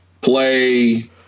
play